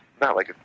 not like,